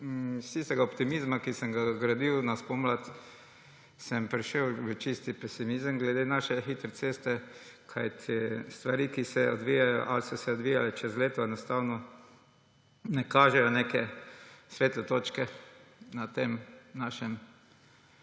Iz tistega optimizma, ki sem ga gradil spomladi, sem prišel v čisti pesimizem glede naše hitre ceste, kajti stvari, ki se odvijajo ali so se odvijale čez leto, enostavno ne kažejo neke svetle točke na koncu